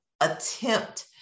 attempt